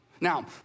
Now